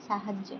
ସାହାଯ୍ୟ